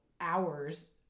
hours